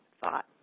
thought